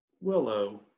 Willow